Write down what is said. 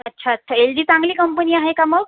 अच्छा अच्छा L G चांगली कंपनी आहे का मग